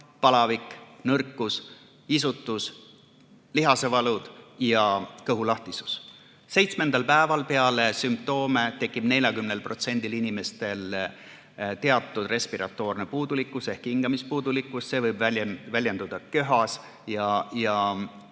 palavik, nõrkus, isutus, lihasevalud ja kõhulahtisus. Seitsmendal päeval peale [esimeste] sümptomite ilmumist tekib 40% inimestel teatud respiratoorne puudulikkus ehk hingamispuudulikkus, see võib väljenduda köhas ja